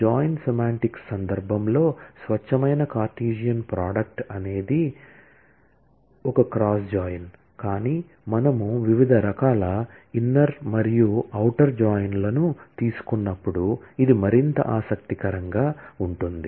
join semantics సందర్భంలో స్వచ్ఛమైన Cartesian product అనేది ఒక క్రాస్ జాయిన్ కానీ మనము వివిధ రకాల ఇన్నర్ మరియు ఔటర్ జాయిన్లను తీసుకున్నప్పుడు ఇది మరింత ఆసక్తికరంగా ఉంటుంది